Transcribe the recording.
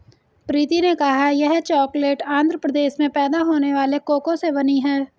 प्रीति ने कहा यह चॉकलेट आंध्र प्रदेश में पैदा होने वाले कोको से बनी है